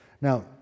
Now